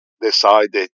decided